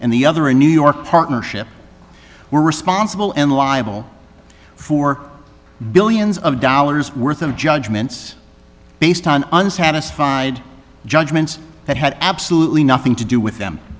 and the other in new york partnership were responsible and liable for billions of dollars worth of judgments based on unsatisfied judgments that had absolutely nothing to do with them